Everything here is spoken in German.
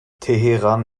teheran